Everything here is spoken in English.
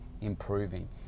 improving